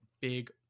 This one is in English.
big